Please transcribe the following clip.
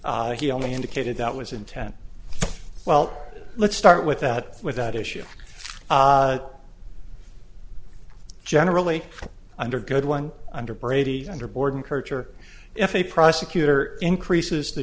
rather he only indicated that was intent well let's start with that with that issue generally under good one under brady under borden character if a prosecutor increases the